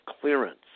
clearance